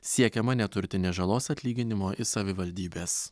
siekiama neturtinės žalos atlyginimo i savivaldybės